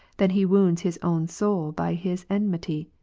than he wounds his own soul by his enmity.